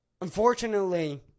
unfortunately